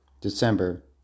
December